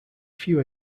few